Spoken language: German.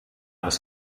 was